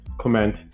comment